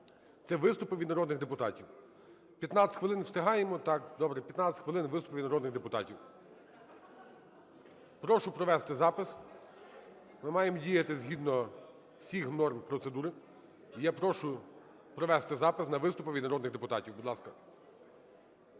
це виступи від народних депутатів. 15 хвилин. Встигаємо? Так, добре. 15 хвилин – виступи від народних депутатів. Прошу провести запис. Ми маємо діяти згідно всіх норм процедури. І я прошу провести запис на виступи від народних депутатів. Будь ласка.